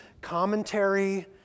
commentary